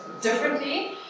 differently